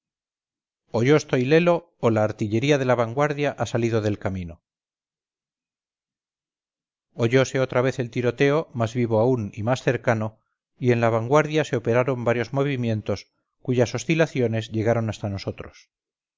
o yo estoy lelo o la artillería de la vanguardia ha salido del camino oyose otra vez el tiroteo más vivo aún y más cercano y en la vanguardia se operaron varios movimientos cuyas oscilaciones llegaron hasta nosotros